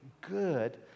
good